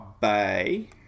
Bay